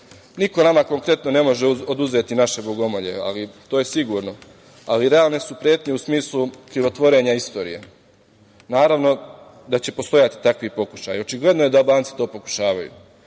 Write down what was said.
Niko nama konkretno ne može oduzeti naše bogomolje, to je sigurno, ali realne su pretnje u smislu krivotvorenja istorije. Naravno da će postojati takvi pokušaji. Očigledno je da Albanci to pokušavaju. Ono